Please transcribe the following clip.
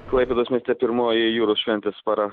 klaipėdos mieste pirmoji jūros šventės para